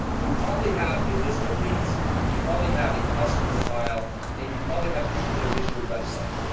you probably have a list of leads you probably have a customer file and you probably have people that visit your website.